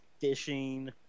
fishing